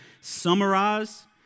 summarize